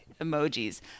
emojis